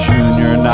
Junior